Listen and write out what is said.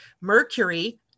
Mercury